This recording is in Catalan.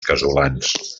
casolans